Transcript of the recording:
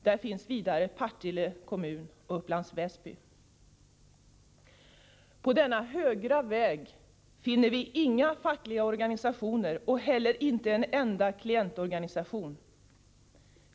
Där finns vidare Partille kommun och Upplands Väsby. På denna högra väg finner vi inga fackliga organisationer och inte heller en enda klientorganisation.